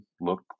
look